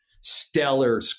stellar